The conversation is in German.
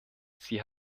sie